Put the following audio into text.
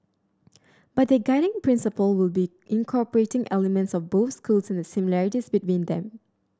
but their guiding principle will be incorporating elements of both schools and similarities between them